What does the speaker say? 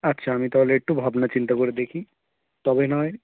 আচ্ছা আমি তাহলে একটু ভাবনা চিন্তা করে দেখি তবে নয়